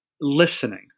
listening